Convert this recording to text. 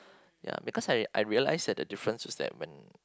ya because I I realised that the difference was that when